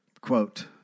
quote